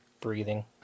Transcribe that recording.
breathing